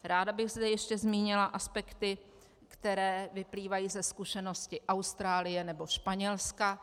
Ráda bych zde ještě zmínila aspekty, které vyplývají ze zkušenosti Austrálie nebo Španělska.